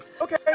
Okay